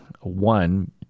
One